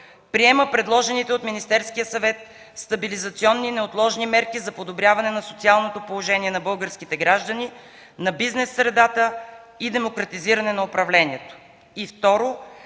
Приема предложените от Министерския съвет „Стабилизационни и неотложни мерки за подобряване на социалното положение на българските граждани, на бизнес средата и демократизиране на управлението”.